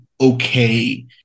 okay